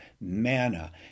manna